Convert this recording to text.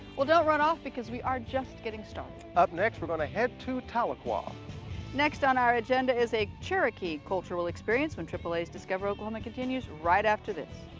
well don't run off because we are just getting started. up next, we're gonna head to tahlequah next on our agenda is a cherokee cultural experience when triple a's discover oklahoma continues right after this.